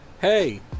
Hey